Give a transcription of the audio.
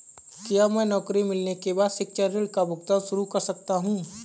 क्या मैं नौकरी मिलने के बाद शिक्षा ऋण का भुगतान शुरू कर सकता हूँ?